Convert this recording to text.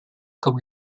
comme